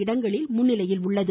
இடங்களில் முன்னிலையில் உள்ளது